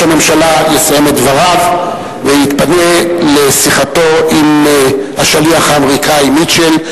הממשלה יסיים את דבריו ויתפנה לשיחתו עם השליח האמריקני מיטשל.